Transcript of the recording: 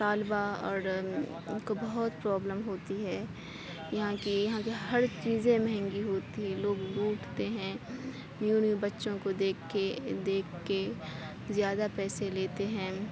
طالبا اور اُن کو بہت پرابلم ہوتی ہے یہاں کی یہاں کی ہر چیزیں مہنگی ہوتی ہیں لوگ لوٹتے ہیں یوں نیو بچوں کو دیکھ کے دیکھ کے زیادہ پیسے لیتے ہیں